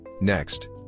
Next